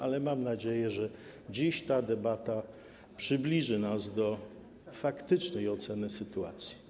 Ale mam nadzieję, że dziś ta debata przybliży nas do faktycznej oceny sytuacji.